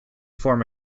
form